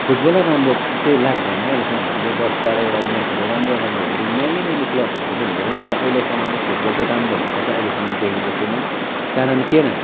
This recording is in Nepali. फुटबलै राम्रो चाहिँ लाग्दैन अहिलेसम्म हामीले दस बाह्रवटा म्याचहरू राम्रो राम्रो हेर्यौँ नामी नामी क्लबहरूको पनि हेर्यौँ तर अहिलेसम्म फुटबल चाहिँ राम्रो भएको चाहिँ अहिलेसम्म देखेको छैनौँ कारण किन